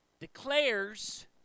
declares